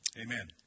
Amen